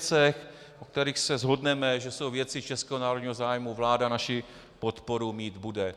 Ve věcech, o kterých se shodneme, že jsou věcí českého národního zájmu, vláda naši podporu mít bude.